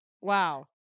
Wow